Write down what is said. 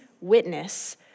witness